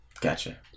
Gotcha